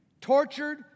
tortured